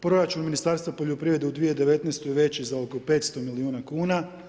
Proračun Ministarstva poljoprivrede, u 2019. je veći za oko 500 milijuna kn.